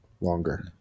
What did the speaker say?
longer